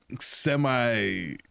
semi-